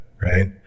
Right